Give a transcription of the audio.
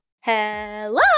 Hello